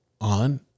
On